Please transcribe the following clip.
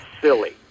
silly